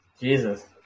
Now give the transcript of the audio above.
Jesus